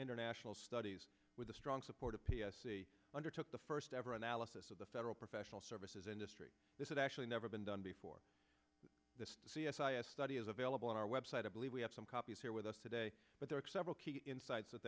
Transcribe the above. international studies with the strong support of p f c undertook the first ever analysis of the federal professional services industry this is actually never been done before this c s i s study is available on our website i believe we have some copies here with us today but there are several key insights that